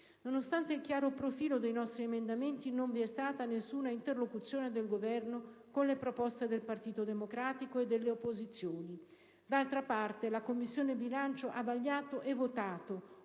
Nonostante il chiaro profilo dei nostri emendamenti, non vi è stata nessuna interlocuzione del Governo con le proposte del Partito Democratico e delle opposizioni. D'altra parte, la Commissione bilancio ha vagliato e votato